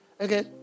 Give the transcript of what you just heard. okay